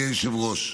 מכובדי היושב-ראש,